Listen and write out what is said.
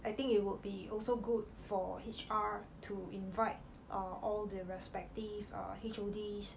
I think it would be also good for H_R to invite err all the respective H_O_Ds